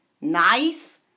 nice